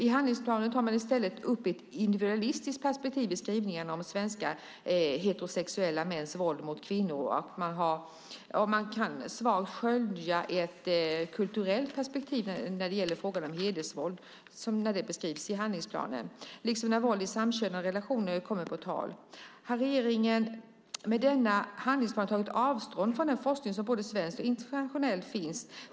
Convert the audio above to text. I handlingsplanen tar man i stället upp ett individualistiskt perspektiv i skrivningarna om svenska heterosexuella mäns våld mot kvinnor. Man kan svagt skönja ett kulturellt perspektiv när det gäller frågan om hedersvåld när det beskrivs i handlingsplanen liksom när våld i samkönade relationer kommer på tal. Har regeringen med denna handlingsplan tagit avstånd från den forskning som finns, både svensk och internationell?